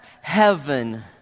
heaven